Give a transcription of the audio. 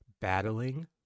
battling